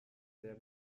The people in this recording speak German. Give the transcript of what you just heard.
sehr